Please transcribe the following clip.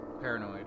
paranoid